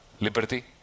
liberty